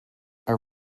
our